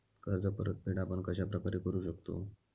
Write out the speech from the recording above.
कर्ज परतफेड आपण कश्या प्रकारे करु शकतो?